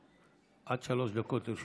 עד שלוש דקות לרשותך.